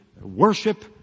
worship